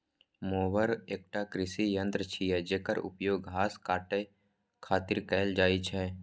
mower एकटा कृषि यंत्र छियै, जेकर उपयोग घास काटै खातिर कैल जाइ छै